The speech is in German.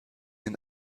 den